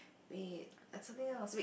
wait like something else wait